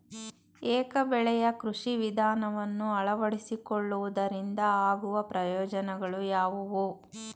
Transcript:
ಏಕ ಬೆಳೆಯ ಕೃಷಿ ವಿಧಾನವನ್ನು ಅಳವಡಿಸಿಕೊಳ್ಳುವುದರಿಂದ ಆಗುವ ಪ್ರಯೋಜನಗಳು ಯಾವುವು?